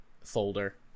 folder